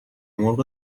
مرغ